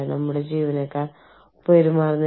അതിനാൽ നിങ്ങളോ ജീവനക്കാരനോ ശിക്ഷിക്കപ്പെടില്ല